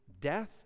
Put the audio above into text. death